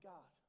God